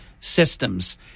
systems